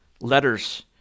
letters